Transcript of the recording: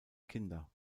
kinder